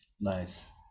nice